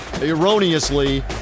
erroneously